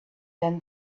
than